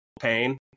pain